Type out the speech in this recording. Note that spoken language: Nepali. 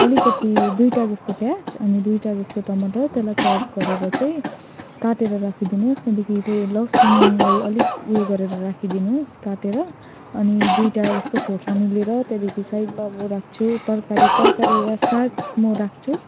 अलिकति दुईवटा जस्तो पियाज अनि दुईवटा जस्तो टमाटर त्यसलाई चप गरेर चाहिँ काटेर राखिदिनु होस् त्यहाँदेखि चाहिँ लहसुनलाई अलिक उयो गरेर राखिदिनु होस् काटेर अनि दुईवटा जस्तो खोर्सानी लिएर त्यहाँदेखि साइडमा म राख्छु तरकारी तरकारी वा साग म राख्छु